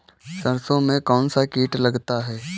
सरसों में कौनसा कीट लगता है?